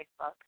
Facebook